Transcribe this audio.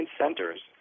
centers